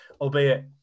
Albeit